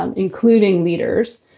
um including leaders,